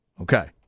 Okay